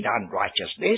unrighteousness